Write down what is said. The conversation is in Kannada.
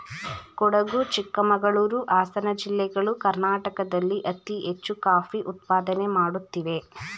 ಕೊಡಗು ಚಿಕ್ಕಮಂಗಳೂರು, ಹಾಸನ ಜಿಲ್ಲೆಗಳು ಕರ್ನಾಟಕದಲ್ಲಿ ಅತಿ ಹೆಚ್ಚು ಕಾಫಿ ಉತ್ಪಾದನೆ ಮಾಡುತ್ತಿವೆ